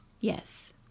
Yes